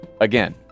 Again